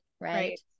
Right